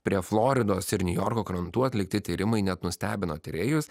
prie floridos ir niujorko krantų atlikti tyrimai net nustebino tyrėjus